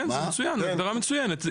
כן, זאת הגדרה מצוינת.